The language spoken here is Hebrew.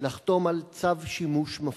לחתום על "צו שימוש מפריע".